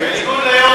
בניגוד ליו"ר,